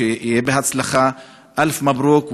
שיהיה בהצלחה (אומר דברים בשפה הערבית,